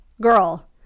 girl